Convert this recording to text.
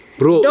bro